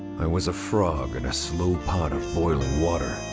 i was a frog in a slow pot of boiling water,